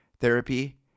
therapy